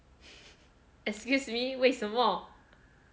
excuse me 为什么